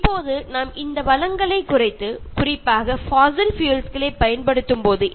എപ്പോഴാണോ നമ്മൾ ഈ വിഭവങ്ങളൊക്കെ അധികമായി ഉപയോഗിക്കുന്നത് പ്രത്യേകിച്ചും ജൈവ ഇന്ധനങ്ങളെ